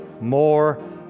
more